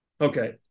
Okay